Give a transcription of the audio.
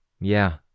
Yeah